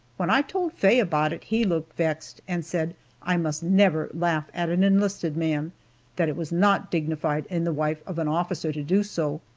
when i told faye about it, he looked vexed and said i must never laugh at an enlisted man that it was not dignified in the wife of an officer to do so.